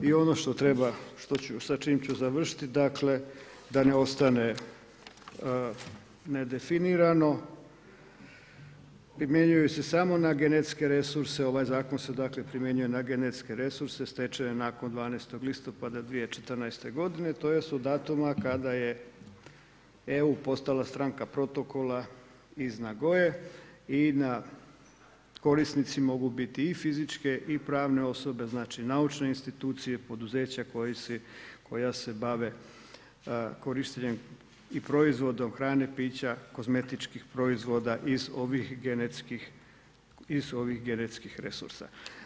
I ono što treba, sa čim ću završiti, dakle, da ne ostane nedefinirano, primjenjuju se samo na genetske resurse, ovaj zakon se dakle, primjenjuje na genetske resurse, stečene nakon 12.10.2014. g. tj. od datuma kada je EU postala stranka protokola iz Nagoje i na korisnici mogu biti i fizičke i pravne osobe, znači naučne institucije, poduzeća koja se bave korištenjem i proizvodom i hrane, pića, kozmetičkih proizvoda iz ovih genetskih resursa.